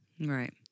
Right